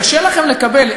קשה לכם לקבל,